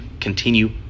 continue